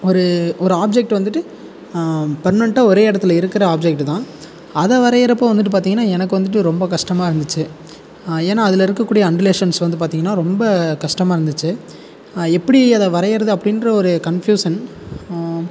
ஒரு ஒரு ஆப்ஜெக்ட் வந்துட்டு பர்மனென்ட்டாக ஒரே இடத்துல இருக்கிற ஆப்ஜெக்ட்டு தான் அதை வரைகிறப்போ வந்துட்டு பார்த்திங்கன்னா எனக்கு வந்துட்டு ரொம்ப கஷ்டமா இருந்துச்சு ஏன்னா அதில் இருக்கக்கூடிய அண்டுலேஷன்ஸ் வந்து பார்த்திங்கன்னா ரொம்ப கஷ்டமா இருந்துச்சு எப்படி அதை வரைகிறது அப்படின்ற ஒரு கன்ஃபியூஷன்